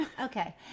okay